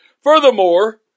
Furthermore